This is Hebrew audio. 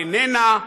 איננה,